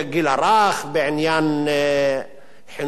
בעניין חינוך פה ושם,